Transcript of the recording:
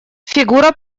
фигура